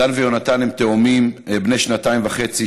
דן ויונתן הם תאומים בני שנתיים וחצי